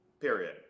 period